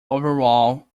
overall